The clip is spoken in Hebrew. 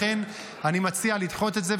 אני לא אתנגד להצעה.